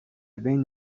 بین